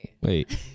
Wait